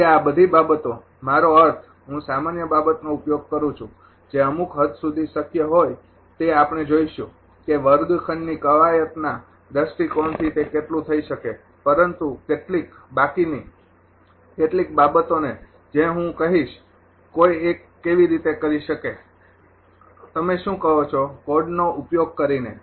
તેથી આ બધી બાબતો મારો અર્થ હું સામાન્ય બાબતનો ઉપયોગ કરું છું જે અમુક હદ સુધી શક્ય હોય તે આપણે જોઈશું કે વર્ગખંડની કવાયતના દૃષ્ટિકોણથી તે જેટલું થઈ શકે છે પરંતુ કેટલીક બાકી ની કેટલીક બાબતોને જે હું કહીશ કોઈ એક કેવી રીતે કરી શકે તમે શું કહો છો કોડનો ઉપયોગ કરીને